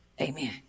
amen